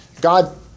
God